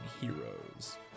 heroes